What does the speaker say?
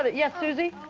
ah yes, susie?